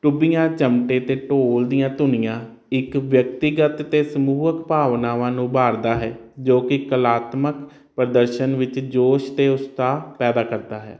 ਡੁਬੀਆਂ ਚਮਟੇ ਤੇ ਢੋਲ ਦੀਆਂ ਧੁਨੀਆਂ ਇੱਕ ਵਿਅਕਤੀਗਤ ਤੇ ਸਮੂਹਕ ਭਾਵਨਾਵਾਂ ਨੂੰ ਉਭਾਰਦਾ ਹੈ ਜੋ ਕਿ ਕਲਾਤਮਕ ਪ੍ਰਦਰਸ਼ਨ ਵਿੱਚ ਜੋਸ਼ ਤੇ ਉਤਸ਼ਾਹ ਪੈਦਾ ਕਰਦਾ ਹੈ